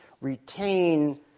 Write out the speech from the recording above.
retain